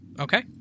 Okay